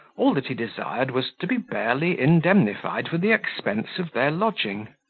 all that he desired was, to be barely indemnified for the expense of their lodging.